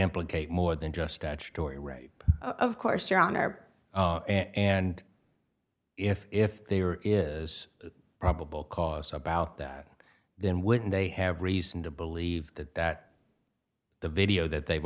implicate more than just statutory rape of course your honor and if if there is probable cause about that then when they have reason to believe that that the video that they've